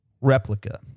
replica